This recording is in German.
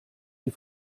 die